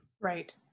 Right